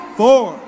four